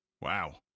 Wow